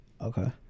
okay